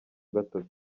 gatatu